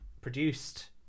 produced